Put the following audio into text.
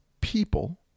people